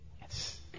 Yes